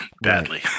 badly